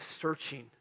searching